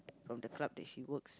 from the club that she works